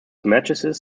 matrices